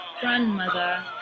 Grandmother